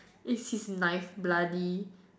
is his knife bloody